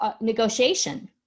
negotiation